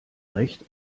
recht